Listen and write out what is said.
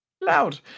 Loud